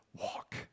Walk